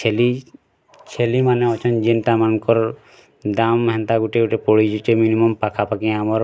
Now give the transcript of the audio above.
ଛେଲି ଛେଲି ମାନେ ଅଛନ୍ ଯେନ୍ତା ମାନଙ୍କର୍ ଦାମ୍ ହେନ୍ତା ଗୋଟେ ଗୋଟେ ପଳେଇଛି ମିନିମମ୍ ପାଖା ପାଖି ଆମର